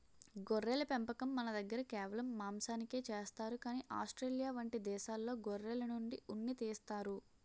గొర్రెల పెంపకం మనదగ్గర కేవలం మాంసానికే చేస్తారు కానీ ఆస్ట్రేలియా వంటి దేశాల్లో గొర్రెల నుండి ఉన్ని తీస్తారు